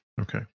Okay